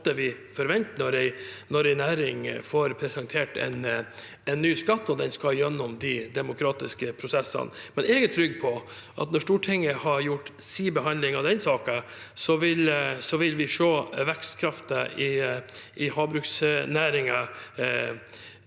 vi måtte forvente når en næring får presentert en ny skatt, og den skal gjennom de demokratiske prosessene. Men jeg er trygg på at når Stortinget har behandlet den saken, vil vi se vekstkraften i havbruksnæringen